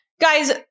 guys